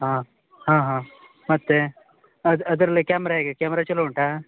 ಹಾಂ ಹಾಂ ಹಾಂ ಮತ್ತು ಅದು ಅದರಲ್ಲಿ ಕ್ಯಾಮ್ರಾ ಹೇಗೆ ಕ್ಯಾಮ್ರಾ ಚಲೋ ಉಂಟಾ